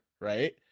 right